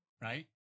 right